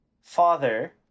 Father